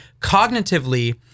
cognitively